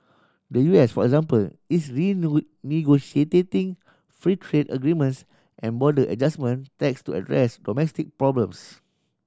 the U S for example is free trade agreements and border adjustment tax to address domestic problems